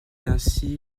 ainsi